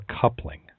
coupling